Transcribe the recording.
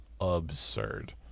absurd